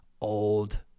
old